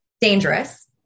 dangerous